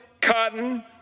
cotton